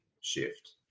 shift